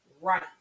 Right